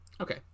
Okay